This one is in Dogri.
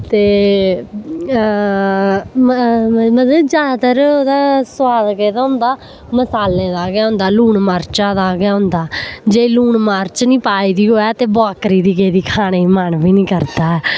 ते मतलब जैदातर ओह्दा सोआद केह्दा होंदा मसालें दा गै होंदा लून मर्चां दा गै होंदा जे लून मर्च निं पाई दी होऐ ते बाकरी दी गेदी खाने गी मन बी निं करदा ऐ